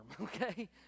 okay